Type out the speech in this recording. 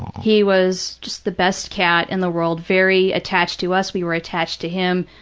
he was just the best cat in the world, very attached to us. we were attached to him.